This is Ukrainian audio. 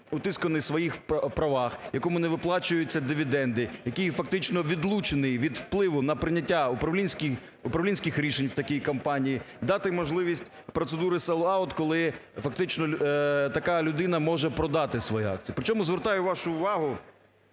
утисканий в своїх правах, якому не виплачуються дивіденди, який фактично відлучений від впливу на прийняття управлінських рішень в такій компанії, дати можливість процедури "селл-аут", коли фактично така людина може продати свої акції. Причому, звертаю вашу увагу,